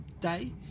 day